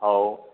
ହଉ